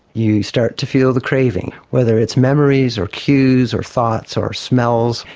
you start to feel the craving, whether it's memories or cues or thoughts or smells,